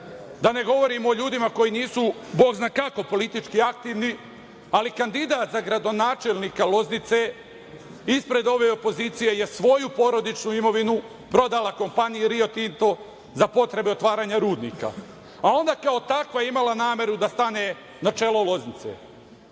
da ne govorimo o ljudima koji nisu Bog zna kako politički aktivni, ali kandidat za gradonačelnika Loznice ispred ove opozicije je svoju porodičnu imovinu prodala kompaniji Rio Tinto za potrebe otvaranja rudnika, a onda kao takva imala nameru da stane na čelu Loznice.